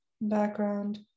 background